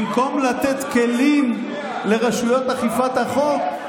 במקום לתת כלים לרשויות אכיפת החוק,